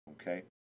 Okay